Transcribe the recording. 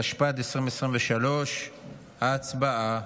התשפ"ד 2023. הצבעה.